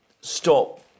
stop